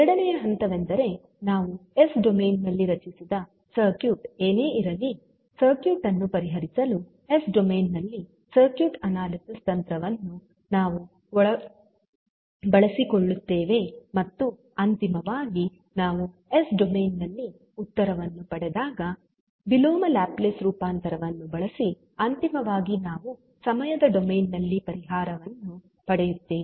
ಎರಡನೆಯ ಹಂತವೆಂದರೆ ನಾವು ಎಸ್ ಡೊಮೇನ್ ನಲ್ಲಿ ರಚಿಸಿದ ಸರ್ಕ್ಯೂಟ್ ಏನೇ ಇರಲಿ ಸರ್ಕ್ಯೂಟ್ ಅನ್ನು ಪರಿಹರಿಸಲು ಎಸ್ ಡೊಮೇನ್ ನಲ್ಲಿ ಸರ್ಕ್ಯೂಟ್ ಅನಾಲಿಸಿಸ್ ತಂತ್ರವನ್ನು ನಾವು ಬಳಸಿಕೊಳ್ಳುತ್ತೇವೆ ಮತ್ತು ಅಂತಿಮವಾಗಿ ನಾವು ಎಸ್ ಡೊಮೇನ್ ನಲ್ಲಿ ಉತ್ತರವನ್ನು ಪಡೆದಾಗ ವಿಲೋಮ ಲ್ಯಾಪ್ಲೇಸ್ ರೂಪಾಂತರವನ್ನು ಬಳಸಿ ಅಂತಿಮವಾಗಿ ನಾವು ಸಮಯದ ಡೊಮೇನ್ ನಲ್ಲಿ ಪರಿಹಾರವನ್ನು ಪಡೆಯುತ್ತೇವೆ